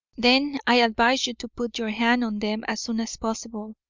then i advise you to put your hand on them as soon as possible,